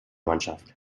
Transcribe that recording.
mannschaft